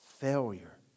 Failure